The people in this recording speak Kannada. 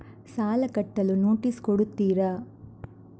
ಸಾಲ ಕಟ್ಟಲು ನೋಟಿಸ್ ಕೊಡುತ್ತೀರ?